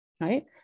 right